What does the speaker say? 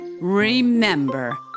Remember